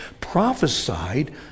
prophesied